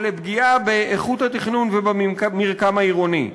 ולפגיעה באיכות התכנון ובמרקם העירוני.